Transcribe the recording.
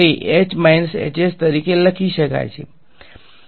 તેથી તે કહે છે કે ને તરીકે લખી શકાય છે